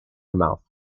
mouth